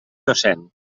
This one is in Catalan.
docent